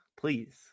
please